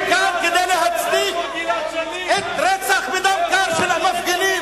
מי שבאים כאן כדי להצדיק רצח בדם קר של מפגינים,